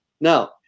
Now